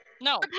No